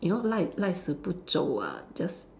you know 赖赖死不走啊：lai lai si bu zou a just